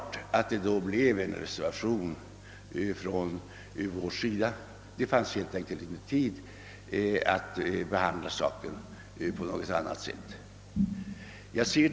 Följden blev naturligtvis en reservation från vår sida, eftersom tiden inte tillät någon ordentlig behandling av frågan.